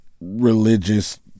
religious